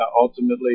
Ultimately